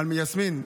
יסמין,